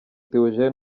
theogene